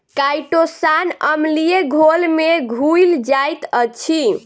chitosan अम्लीय घोल में घुइल जाइत अछि